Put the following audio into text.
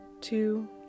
two